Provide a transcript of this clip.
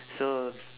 so